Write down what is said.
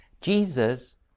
jesus